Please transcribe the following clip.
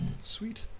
Sweet